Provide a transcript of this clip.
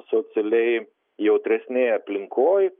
socialiai jautresnėj aplinkoj